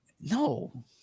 No